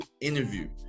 interview